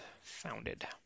founded